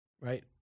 right